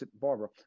Barbara